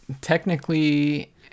Technically